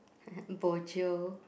bojio